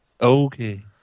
Okay